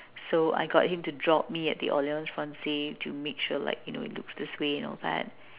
so I got him to drop me at the alliance francaise to make sure like it looks this way and all that